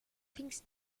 thinks